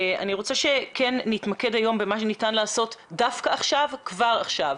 אני רוצה שכן נתמקד היום במה שניתן לעשות דווקא עכשיו וכבר עכשיו,